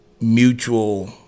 mutual